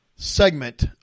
Segment